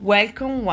Welcome